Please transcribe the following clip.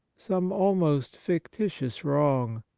some almost fictitious wrong,